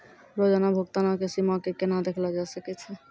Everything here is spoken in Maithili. रोजाना भुगतानो के सीमा के केना देखलो जाय सकै छै?